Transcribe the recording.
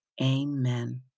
amen